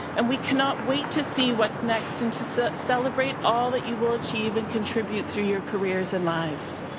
and we cannot wait to see what's next and to so celebrate all that you will achieve and contribute through your careers and lives.